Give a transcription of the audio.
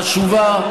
חשובה,